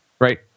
Right